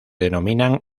denominan